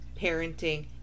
parenting